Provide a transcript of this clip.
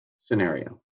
scenario